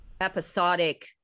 episodic